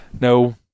No